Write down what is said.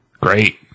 Great